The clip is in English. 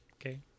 Okay